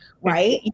right